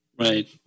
Right